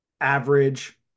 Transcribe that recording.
average